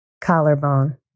Collarbone